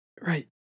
right